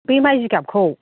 बै माइ जिगाबखौ